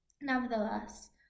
nevertheless